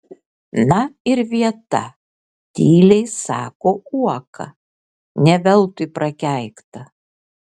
na ir vieta tyliai sako uoka ne veltui prakeikta